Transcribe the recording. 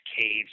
caves